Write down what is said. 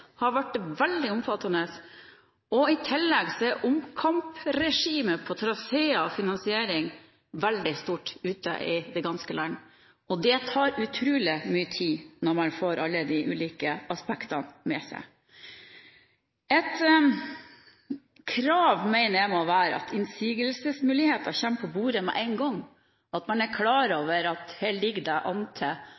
har blitt veldig omfattende. I tillegg er omkampregimet på traséer og finansiering veldig stort ute i det ganske land. Det tar utrolig mye tid når man får med alle de ulike aspektene. Jeg mener det må være et krav at innsigelsesmuligheter kommer på bordet med en gang, at man er klar